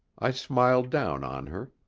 i smiled down on her.